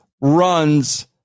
runs